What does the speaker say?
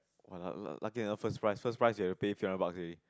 wa lucky I never first prize first prize you have to pay three hundred buck already